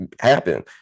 happen